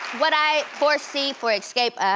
what i foresee for xscape,